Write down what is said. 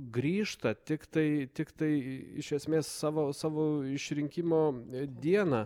grįžta tiktai tiktai iš esmės savo savo išrinkimo dieną